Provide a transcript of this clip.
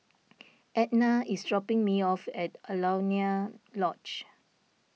Edna is dropping me off at Alaunia Lodge